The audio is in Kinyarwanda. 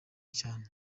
cyane